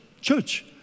church